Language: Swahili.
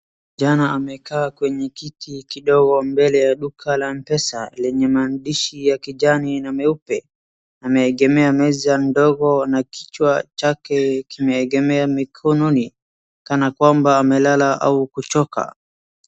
Kijana amekaa kwenye kiti kidogo mbele ya duka la M-PESA lenye maandishi ya kijani na meupe, ameegemea meza ndogo na kichwa chake kimeegemea mikononi kana kwamba amelala au kuchoka.